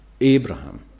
Abraham